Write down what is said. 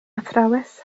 athrawes